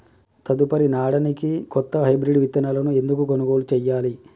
తదుపరి నాడనికి కొత్త హైబ్రిడ్ విత్తనాలను ఎందుకు కొనుగోలు చెయ్యాలి?